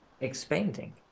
expanding